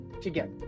together